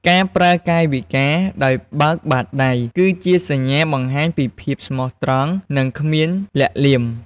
ការប្រើកាយវិការដោយបើកបាតដៃ គឺជាសញ្ញាបង្ហាញពីភាពស្មោះត្រង់ និងគ្មានលាក់លៀម។